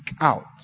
out